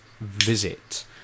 visit